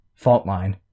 Faultline